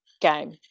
game